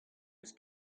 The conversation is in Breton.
eus